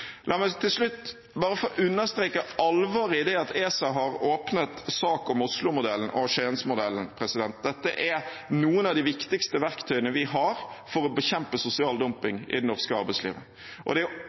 La meg til slutt bare få understreke alvoret i det at ESA har åpnet sak om Oslomodellen og Skiensmodellen. Dette er noen av de viktigste verktøyene vi har for å bekjempe sosial dumping i det norske arbeidslivet. Det er jo